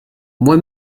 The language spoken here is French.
moi